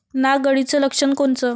नाग अळीचं लक्षण कोनचं?